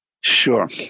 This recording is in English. Sure